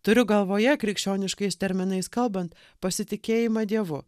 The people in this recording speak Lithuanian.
turiu galvoje krikščioniškais terminais kalbant pasitikėjimą dievu